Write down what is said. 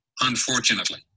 unfortunately